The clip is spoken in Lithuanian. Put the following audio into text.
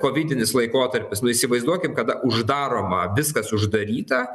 kovidinis laikotarpis nu įsivaizduokim kada uždaroma viskas uždaryta